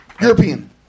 European